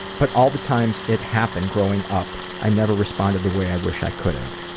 but all the times it happened growing up, i never responded the way i wish i could have.